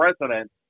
president